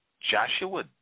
Joshua